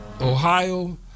ohio